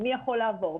מי יכול לעבור,